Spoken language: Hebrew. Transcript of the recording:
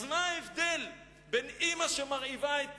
אז מה ההבדל בין אמא שמרעיבה את